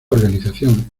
organización